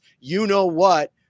you-know-what